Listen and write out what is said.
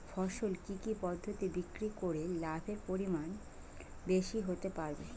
ফসল কি কি পদ্ধতি বিক্রি করে লাভের পরিমাণ বেশি হতে পারবে?